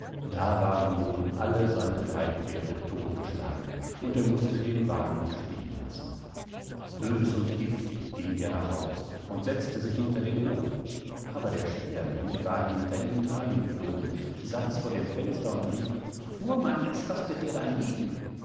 da waren nun alle seine drei pferde todtgeschlagen und er mußte den wagen stehen lassen bös und giftig ging er nach haus und setzte sich hinter den ofen aber der sperling war hinter ihm drein geflogen saß vor dem fenster und rief fuhrmann es kostet dir dein leben